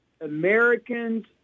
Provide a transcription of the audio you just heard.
Americans